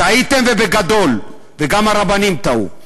טעיתם ובגדול, וגם הרבנים טעו.